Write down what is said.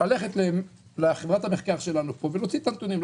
אפשר ללכת לחברת המחקר שלנו ולהוציא את הנתונים,